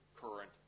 current